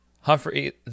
Humphrey